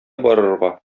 барырга